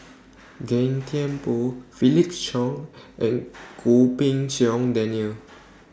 Gan Thiam Poh Felix Cheong and Goh Pei Siong Daniel